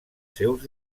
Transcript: seus